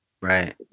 right